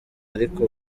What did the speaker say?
ariko